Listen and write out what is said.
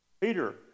Peter